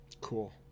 Cool